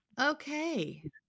Okay